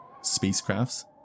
spacecrafts